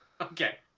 Okay